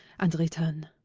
and return.